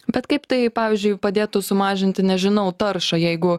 bet kaip tai pavyzdžiui padėtų sumažinti nežinau taršą jeigu